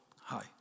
hi